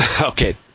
okay